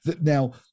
Now